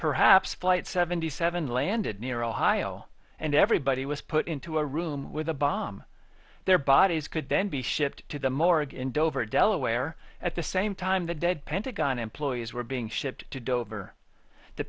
perhaps flight seventy seven landed near ohio and everybody was put into a room with a bomb their bodies could then be shipped to the morgue in dover delaware at the same time the dead pentagon employees were being shipped to dover the